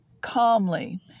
calmly